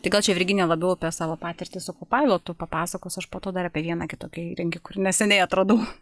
tai gal čia virginija labiau apie savo patirtį su kopailotu papasakos aš po to dar apie viena kitokį įrengį kur neseniai atradau